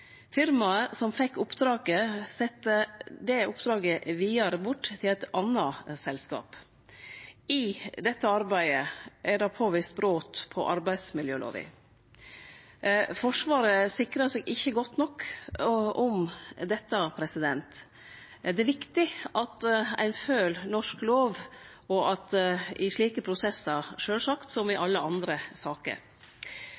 Firmaet som fekk oppdraget, sette det oppdraget vidare bort til eit anna selskap. I dette arbeidet er det påvist brot på arbeidsmiljølova. Forsvaret sikra seg ikkje godt nok mot dette. Det er viktig at ein følgjer norsk lov i slike prosessar, sjølvsagt, som i